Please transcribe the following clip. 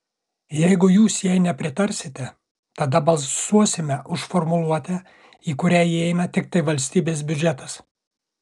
jeigu jūs jai nepritarsite tada balsuosime už formuluotę į kurią įeina tiktai valstybės biudžetas